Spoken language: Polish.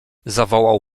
zawołał